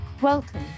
Welcome